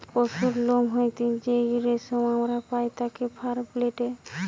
পশুর লোম হইতে যেই রেশম আমরা পাই তাকে ফার বলেটে